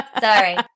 Sorry